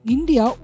India